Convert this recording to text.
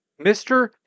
Mr